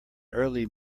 early